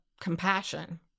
compassion